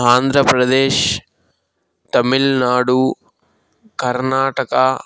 Andhra Pradesh Tamil Nadu Karnataka